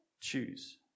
choose